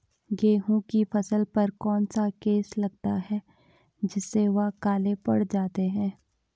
गेहूँ की फसल पर कौन सा केस लगता है जिससे वह काले पड़ जाते हैं?